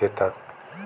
देतात